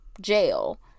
jail